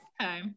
Okay